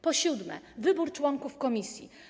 Po siódme, wybór członków komisji.